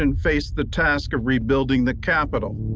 and face the task of rebuilding the capital